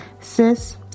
Sis